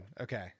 Okay